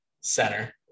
center